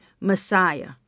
Messiah